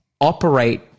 operate